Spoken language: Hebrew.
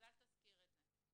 אז אל תזכיר את זה.